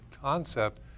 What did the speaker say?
concept